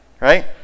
right